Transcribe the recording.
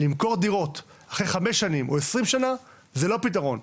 למכור דירות אחרי חמש שנים או 20 שנה זה לא פתרון.